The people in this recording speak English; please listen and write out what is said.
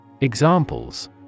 Examples